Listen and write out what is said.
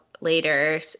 later